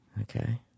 Okay